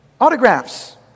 autographs